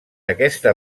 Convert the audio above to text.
aquesta